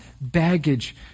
baggage